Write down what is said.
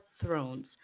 thrones